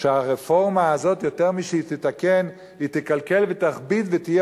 שהרפורמה הזאת יותר משהיא תתקן היא תקלקל ותכביד ותהיה